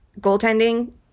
Goaltending